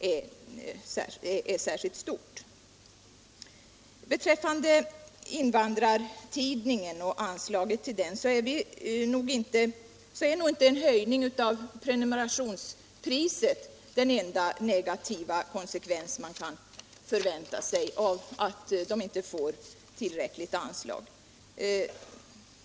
En höjning av prenumerationspriset är nog inte den enda negativa konsekvens man kan vänta sig av att Invandrartidningen inte får tillräckligt anslag.